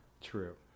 True